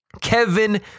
Kevin